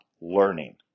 learning